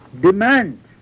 demand